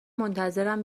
منتظرم